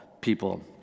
people